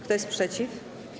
Kto jest przeciw?